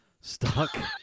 stuck